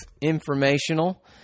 informational